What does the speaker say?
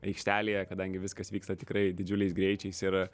aikštelėje kadangi viskas vyksta tikrai didžiuliais greičiais ir